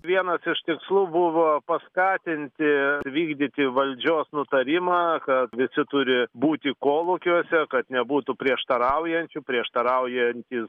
vienas iš tikslų buvo paskatinti vykdyti valdžios nutarimą kad visi turi būti kolūkiuose kad nebūtų prieštaraujančių prieštaraujantys